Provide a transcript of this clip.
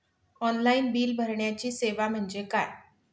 Online bill भरण्याची सेवा म्हणजे काय?